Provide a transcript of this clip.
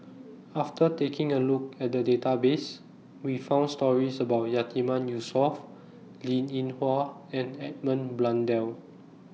after taking A Look At The Database We found stories about Yatiman Yusof Linn in Hua and Edmund Blundell